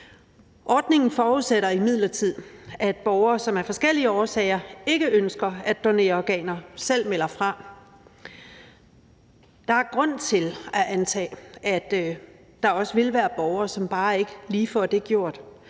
Ordningen forudsætter imidlertid, at borgere, som af forskellige årsager ikke ønsker at donere organer, selv melder fra. Der er grund til at antage, at der også vil være borgere, som bare ikke lige får det gjort,